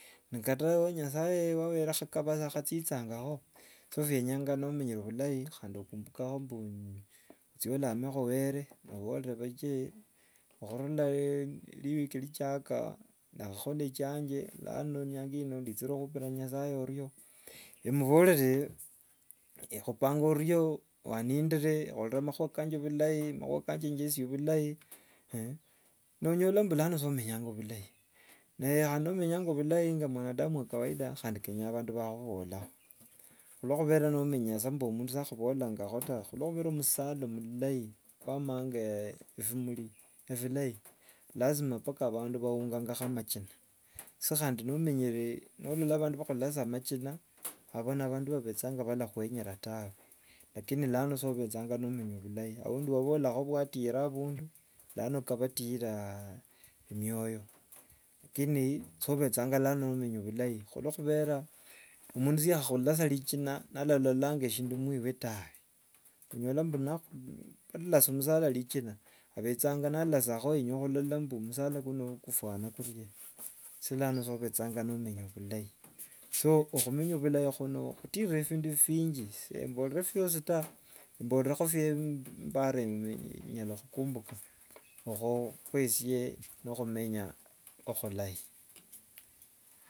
Kata nyasaye were- khakaba sikhachichangakho. So byenyanga nomenyere obhulai khandi okumbukakho mbu ochye olamekho were okhurula eriwiki nirichaka ndakhakhola ekasi chinje. lano enyanga ino njichire khupira nyasaye oryoo, emuborere ekhupanga oryoo wanindire, waurire makhuwa kanje bhulai makhuwa kanje nesaya bhulai. nonyola mbu sa omenyanga obhulai ne- khandi nomenyanga bhulai nga mwanadamu wa kawaida khandi kenya abandu bakhuborakho. Khulokhubera nomenya sa mbu mundu sakhubolangakho ta, khulokhubera omusala omulayi kwa- amanga bimuri ebhilai, ni lazima mpaka bandu baungangakho machina. So nomenyere nolola bandu bakhulasia machina abo ni abandu ababechanga balakhwinyira tawe, lakini sa obechanga omenya bhilai, oundi wabolakho bwateri abundu lano kanabatura emioyo lakini sa obechanga omenya bhulai. Khulokhubera omundu siyakhalasa richina naralolanga eshindu mwiwe tawe. Onyola mbu nolasya musala richina obechanga nalasiakho yenya khubuna omusala kuno kufwana kurie, so lano obechanga nomenya bhulai. So khumenya bhulai khuno khutirire bindu binjiy syemborere vyosi ta, mborere bimbarire mbwe nyala khukumbuka. Esye okhwo nikhwo khumenya khulayi.